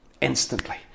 Instantly